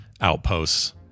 outposts